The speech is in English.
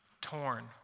torn